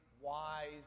wise